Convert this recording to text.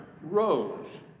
rose